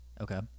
okay